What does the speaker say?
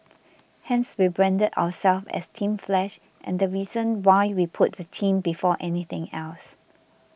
hence we branded ourselves as Team Flash and the reason why we put the team before anything else